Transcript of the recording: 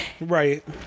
right